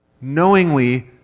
knowingly